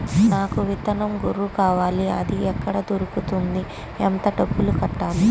నాకు విత్తనం గొర్రు కావాలి? అది ఎక్కడ దొరుకుతుంది? ఎంత డబ్బులు కట్టాలి?